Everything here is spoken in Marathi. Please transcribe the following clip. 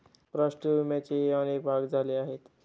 राष्ट्रीय विम्याचेही अनेक भाग झाले आहेत